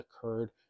occurred